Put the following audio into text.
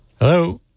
Hello